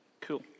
Cool